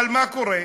אבל מה קורה?